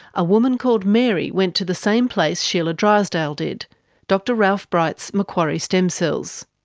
a woman called mary went to the same place sheila drysdale did, dr ralph bright's macquarie stem cells.